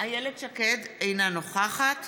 אינה נוכחת